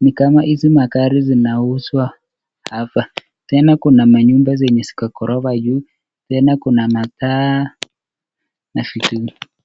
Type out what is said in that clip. ni kama hizi magari zinauzwa hapa, tena kuna manyumba zenye ghorofa juu tena kuna paa.